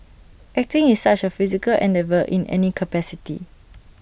acting is such A physical endeavour in any capacity